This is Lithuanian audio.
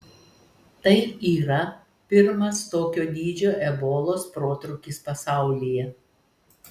tai yra pirmas tokio dydžio ebolos protrūkis pasaulyje